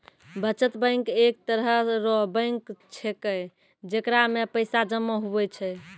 बचत बैंक एक तरह रो बैंक छैकै जेकरा मे पैसा जमा हुवै छै